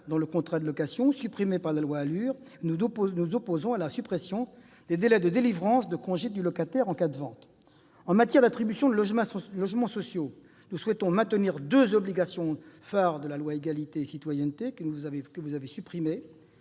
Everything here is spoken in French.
clause pénale qu'avait supprimée la loi ALUR, et nous nous opposons à la suppression des délais de délivrance du congé donné au locataire en cas de vente. Ensuite, en matière d'attribution de logements sociaux, nous souhaitons maintenir deux obligations phares de la loi Égalité et citoyenneté que vous avez supprimées